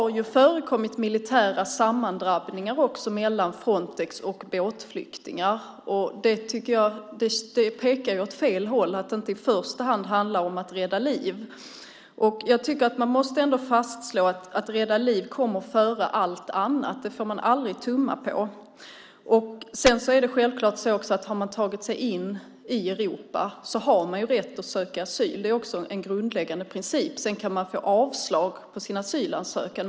Det har förekommit militära sammandrabbningar också mellan Frontex och båtflyktingar. Det pekar åt fel håll när det inte i första hand handlar om att rädda liv. Man måste ändå fastslå att detta med att rädda liv kommer före allt annat; det får man aldrig tumma på. Har man tagit sig in i Europa har man självklart rätt att söka asyl. Också det är en grundläggande princip. Sedan kan man få avslag på sin asylansökan.